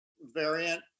variant